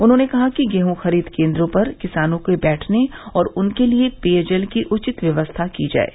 उन्होंने कहा कि गेहूं खरीद केन्द्रों पर किसानों के बैठने और उनके लिये पेय जल की उचित व्यवस्था की जाये